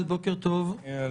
בוקר טוב לכולם,